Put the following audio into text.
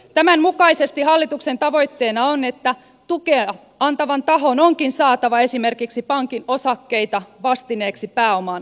tämän mukaisesti hallituksen tavoitteena on että tukea antavan tahon onkin saatava esimerkiksi pankin osakkeita vastineeksi pääomaan annettavalle lisäykselle